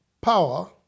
power